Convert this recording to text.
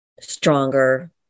stronger